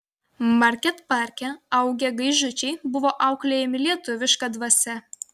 market parke augę gaižučiai buvo auklėjami lietuviška dvasia